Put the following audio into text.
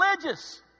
religious